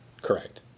Correct